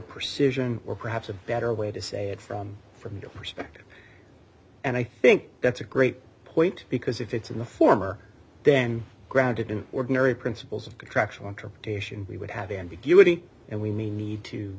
perception or perhaps a better way to say it from from your perspective and i think that's a great point because if it's in the former then grounded in ordinary principles of contractual interpretation we would have ambiguity and we need to